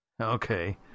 Okay